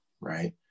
right